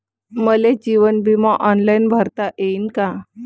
मले जीवन बिमा ऑनलाईन भरता येईन का?